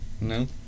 No